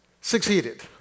succeeded